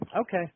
Okay